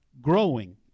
growing